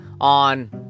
on